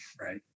right